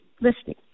listening